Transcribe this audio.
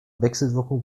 wechselwirkung